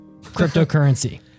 cryptocurrency